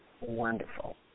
wonderful